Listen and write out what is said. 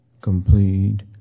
complete